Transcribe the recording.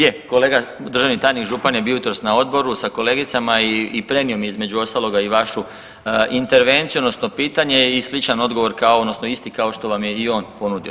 Je kolega državni tajnik Župan je bio jutros na odboru sa kolegicama i prenio mi između ostaloga i vašu intervenciju odnosno pitanje i sličan odgovor kao odnosno isti kao što vam i on ponudio.